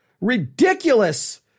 ridiculous